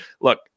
Look